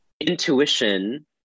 Intuition